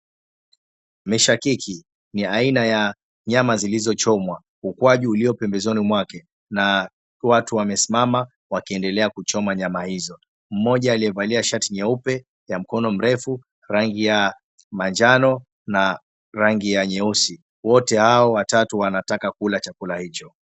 Mishakiki ni aina ya nyama zilizochomwa, ukwaju uliyo pembezoni mwake na watu wamesimama wakiendelea kuchoma nyama hizo, mmoja aliyevalia shati nyeupe ya mkono mirefu rangi ya manjano na rangi ya nyeusi. Wote hawa watatu wanataka kukula chakula hicho.